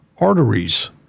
arteries